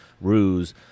ruse